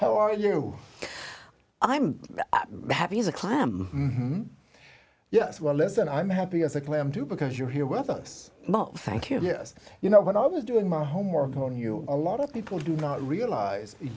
how are you i'm happy as a clam yes well listen i'm happy as a clam too because you're here with us thank you yes you know when i was doing my homework on you a lot of people do not realize